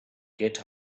get